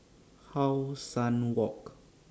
How Sun Walk